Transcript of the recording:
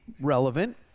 relevant